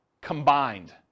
combined